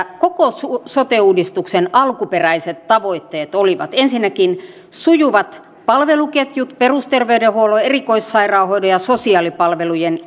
koko sote uudistuksen alkuperäiset tavoitteet olivat ensinnäkin sujuvat palveluketjut perusterveydenhuollon erikoissairaanhoidon ja sosiaalipalvelujen